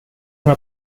son